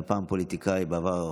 היה פעם, בעבר הרחוק,